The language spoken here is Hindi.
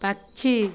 पक्षी